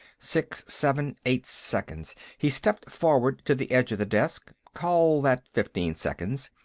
six, seven, eight seconds he stepped forward to the edge of the desk, call that fifteen seconds,